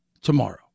tomorrow